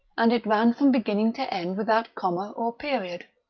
and it ran from beginning to end without comma or period.